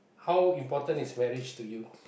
how important is marriage to you